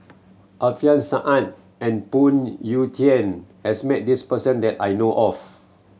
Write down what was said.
Alfian Sa'at and Phoon Yew Tien has met this person that I know of